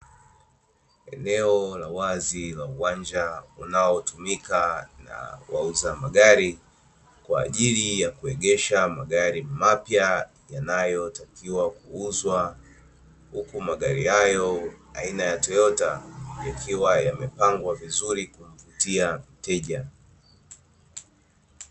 Eneo la wazi la uwanja unaotumika na wauza magari kwa ajili ya kuegesha magari mapya yanayotakiwa kuuzwa, huku magari hayo aina ya Toyota yakiwa yamepangwa vizuri kumvutia mteja.